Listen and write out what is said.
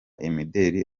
imideli